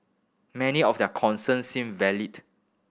many of their concerns seemed valid